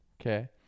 Okay